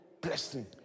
blessing